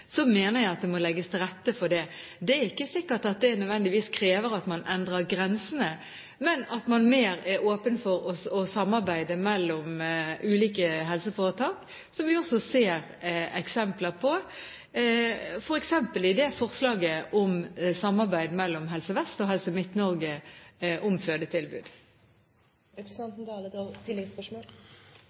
mener jeg at det må legges til rette for det. Det er ikke sikkert at det nødvendigvis krever at man endrer grensene, men at man er mer åpen for å samarbeide mellom ulike helseforetak, som vi også ser eksempler på, f.eks. i forslaget om samarbeid mellom Helse Vest og Helse